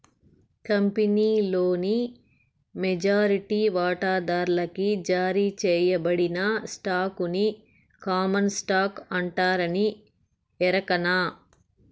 కంపినీలోని మెజారిటీ వాటాదార్లకి జారీ సేయబడిన స్టాకుని కామన్ స్టాకు అంటారని ఎరకనా